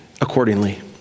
accordingly